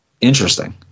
Interesting